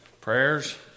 prayers